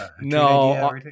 No